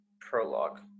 prologue